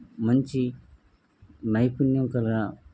మంచి నైపుణ్యం కల